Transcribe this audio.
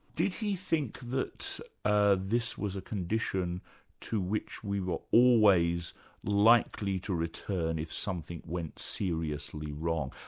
did he think that ah this was a condition to which we were always likely to return if something went seriously wrong?